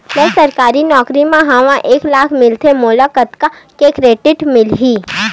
मैं सरकारी नौकरी मा हाव एक लाख मिलथे मोला कतका के क्रेडिट मिलही?